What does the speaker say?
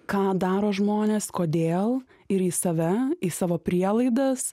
ką daro žmonės kodėl ir į save į savo prielaidas